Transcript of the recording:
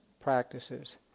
practices